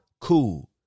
cool